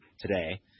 today